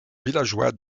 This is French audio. villageois